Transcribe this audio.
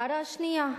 ההערה השנייה,